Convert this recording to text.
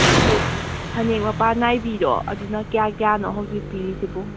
ꯍꯣꯏ ꯑꯗꯨ ꯐꯅꯦꯛ ꯃꯄꯥꯟ ꯅꯥꯏꯕꯤꯗꯣ ꯑꯗꯨꯅ ꯀꯌꯥ ꯀꯌꯥꯅꯣ ꯍꯧꯖꯤꯛ ꯄꯤꯔꯤꯁꯤꯕꯨ